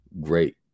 great